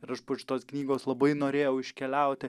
ir aš po šitos knygos labai norėjau iškeliauti